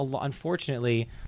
unfortunately –